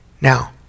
Now